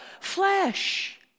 flesh